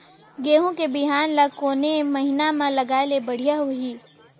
गहूं के बिहान ल कोने महीना म लगाय ले बढ़िया होही?